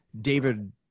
David